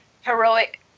heroic